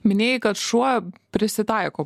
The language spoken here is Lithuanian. minėjai kad šuo prisitaiko